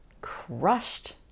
crushed